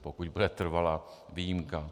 Pokud bude trvalá výjimka.